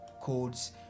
codes